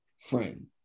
friend